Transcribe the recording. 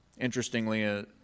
interestingly